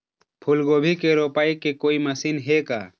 फूलगोभी के रोपाई के कोई मशीन हे का?